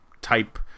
type